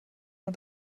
und